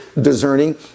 Discerning